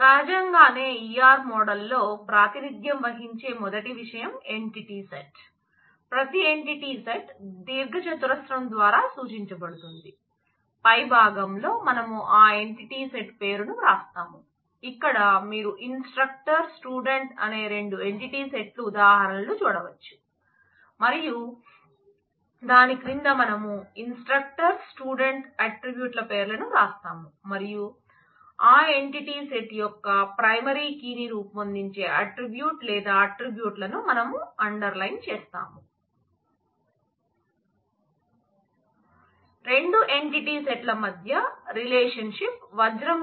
సహజంగానే E R మోడల్లో ప్రాతినిధ్యం వహించే మొదటి విషయం ఎంటిటీ సెట్ ని రూపొందించే అట్ట్రిబ్యూట్ లేదా అట్ట్రిబ్యూట్లు ను మనం అండర్లైన్ చేస్తాము